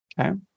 Okay